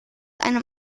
einem